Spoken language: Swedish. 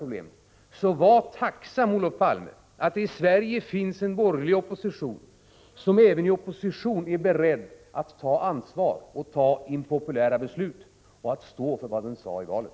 Var alltså tacksam, Olof Palme, för att det i Sverige finns en borgerlig opposition som är beredd att ta ansvar och vara med om att fatta impopulära beslut samt att stå för vad som sades inför valet.